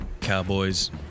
Cowboys